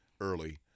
early